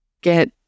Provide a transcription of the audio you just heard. get